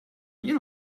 you